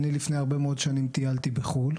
אני לפני הרבה מאוד שנים טיילתי בחו"ל,